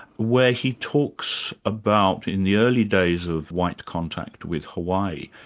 where he talks about, in the early days of white contact with hawaii,